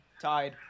Tied